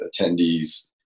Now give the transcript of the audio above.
attendees